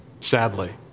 sadly